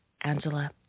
Angela